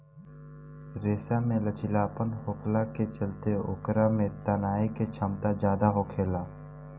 रेशा में लचीलापन होखला के चलते ओकरा में तनाये के क्षमता ज्यादा होखेला